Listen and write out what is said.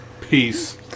Peace